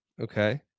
Okay